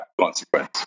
consequence